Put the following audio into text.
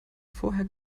vorher